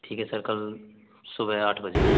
ठीक है सर कल सुबह आठ बजे